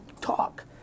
talk